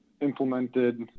implemented